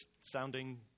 sounding